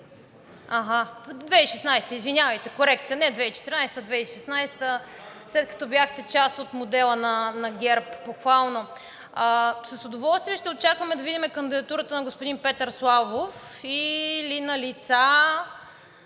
Аха, 2016 г., извинявайте, корекция – не 2014 г., а 2016 г., след като бяхте част от модела на ГЕРБ, похвално. С удоволствие ще очакваме да видим кандидатурата на господин Петър Славов или на лица,